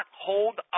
hold